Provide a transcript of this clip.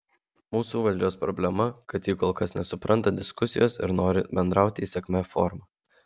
mūsų valdžios problema kad ji kol kas nesupranta diskusijos ir nori bendrauti įsakmia forma